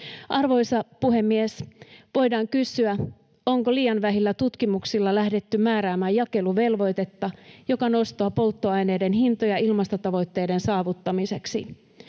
Arvoisa puhemies! Voidaan kysyä, onko liian vähillä tutkimuksilla lähdetty määräämään jakeluvelvoitetta, joka nostaa polttoaineiden hintoja ilmastotavoitteiden saavuttamiseksi,